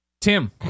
Tim